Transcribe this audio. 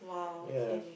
ya